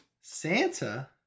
Santa